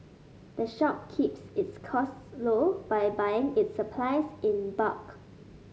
the shop keeps its costs low by buying its supplies in bulk